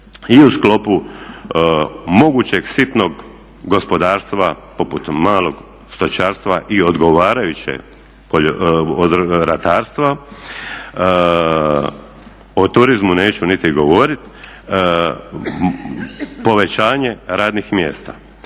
i u sklopu mogućeg sitnog gospodarstva poput malog stočarstva i odgovarajuće, ratarstva. O turizmu neću niti govorit. Povećanje radnih mjesta,